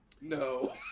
No